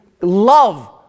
love